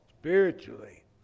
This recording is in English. spiritually